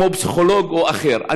כמו פסיכולוג או אחר.